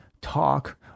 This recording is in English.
talk